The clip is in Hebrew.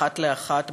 אחת לאחת,